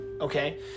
okay